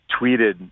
tweeted